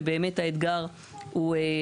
ובאמת האתגר הוא,